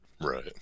Right